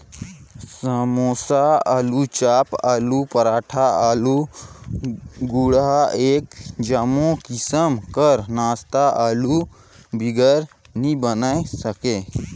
समोसा, आलूचाप, आलू पराठा, आलू गुंडा ए जम्मो किसिम कर नास्ता आलू बिगर नी बइन सके